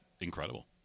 incredible